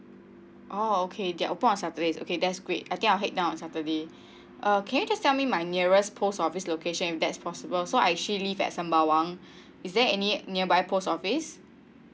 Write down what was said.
oh okay they open on saturday okay that's great I think I will head down on saturday uh can you just tell me my nearest post office location if that's possible so I actually live at sembawang is there any nearby post office